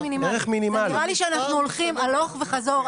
נראה לי שאנחנו הולכים הלוך וחזור,